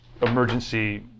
emergency